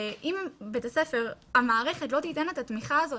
אם המערכת בבית הספר לא תיתן את התמיכה הזאת